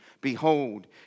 Behold